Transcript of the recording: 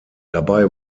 dabei